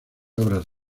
obras